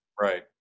Right